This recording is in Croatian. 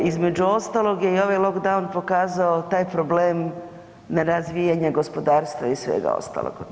Između ostalog je i ovaj lockdown pokazao taj problem nerazvijanje gospodarstva i svega ostalog.